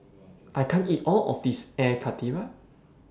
I can't eat All of This Air Karthira